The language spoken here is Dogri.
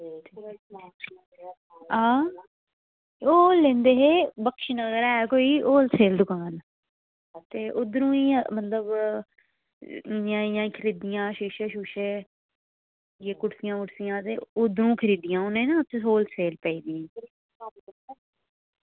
हां ओ लिंदे हे बक्शीनगर ऐ कोई होलसेल दुकान ते उद्धरों ही मतलब इ'य्यां इ'य्यां ही खरीदियां शीशे शुशे इ'य्यै कुर्सियां वुर्सियां ते उद्धरों खरीदियां उ'नै ना उत्थे होलेसले पेदी